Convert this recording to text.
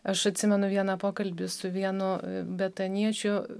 aš atsimenu vieną pokalbį su vienu betaniečiu